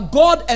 god